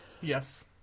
yes